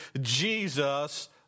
Jesus